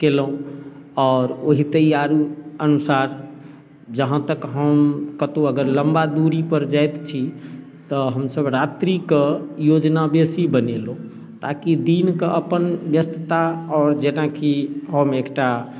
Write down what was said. केलहुॅं आओर ओहि तैयारी अनुसार जहाँ तक हम कतौ अगर लम्बा दूरी पर जाइत छी तऽ हमसब रात्रिके योजना बेसी बनेलहुॅं ताकि दिनकऽ अप्पन व्यस्तता आओर जेनाकि हम एकटा